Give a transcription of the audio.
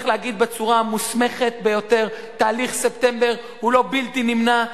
צריך להגיד בצורה המוסמכת ביותר: תהליך ספטמבר הוא לא בלתי נמנע.